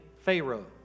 Pharaoh